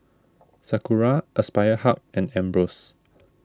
Sakura Aspire Hub and Ambros